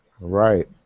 Right